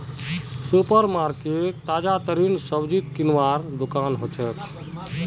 super market ताजातरीन सब्जी किनवार दुकान हछेक